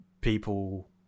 people